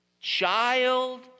child